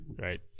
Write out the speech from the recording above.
right